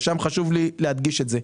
וחשוב לי להדגיש את זה,